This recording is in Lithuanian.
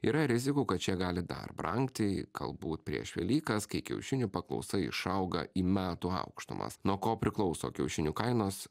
yra rizikų kad šie gali dar brangti galbūt prieš velykas kai kiaušinių paklausa išauga į metų aukštumas nuo ko priklauso kiaušinių kainos